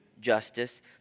justice